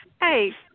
hey